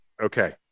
Okay